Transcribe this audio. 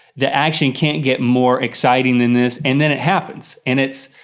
the action can't get more exciting than this, and then it happens. and it's,